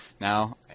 Now